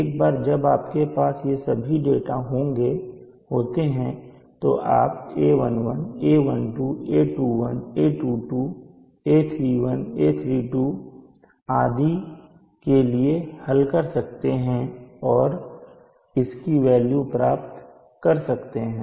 एक बार जब आपके पास ये सभी डेटा होते हैं तो आप a11 a12 a21 a22 a31 a32 आदि के लिए हल कर सकते हैं और इनकी वेल्यू प्राप्त कर सकते हैं